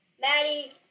Maddie